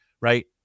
right